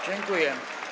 Dziękuję.